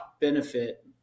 benefit